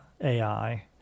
AI